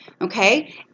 Okay